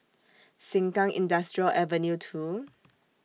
Sengkang Industrial Avenue two